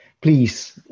Please